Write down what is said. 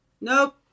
Nope